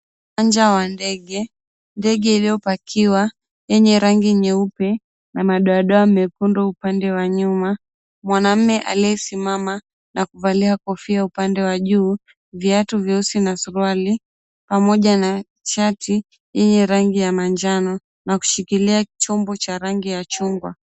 Uwanja wa ndege, ndege iliyopakiwa yenye rangi nyeupe na madoadoa mekundu upande wa nyuma, mwanaume aliyesimama na kuvalia kofia upande wa juu viatu na suruali pamoja na shati ya manjano na kushikilia chombo cha rangi ya chungwa.